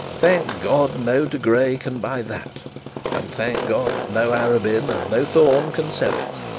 thank god, no de grey can buy that and, thank god no arabin, and no thorne, can sell it